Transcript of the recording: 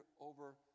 over